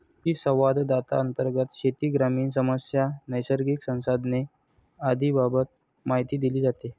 कृषिसंवादांतर्गत शेती, ग्रामीण समस्या, नैसर्गिक संसाधने आदींबाबत माहिती दिली जाते